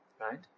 right